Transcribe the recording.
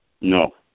No